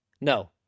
No